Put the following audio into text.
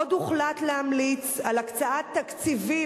עוד הוחלט להמליץ על הקצאת תקציבים,